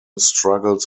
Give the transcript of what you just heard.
struggles